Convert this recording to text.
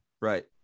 Right